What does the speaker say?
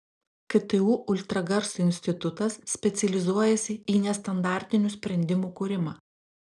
ktu ultragarso institutas specializuojasi į nestandartinių sprendimų kūrimą